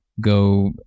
go